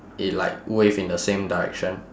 it like wave in the same direction